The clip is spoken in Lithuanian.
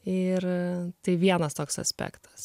ir tai vienas toks aspektas